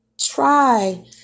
try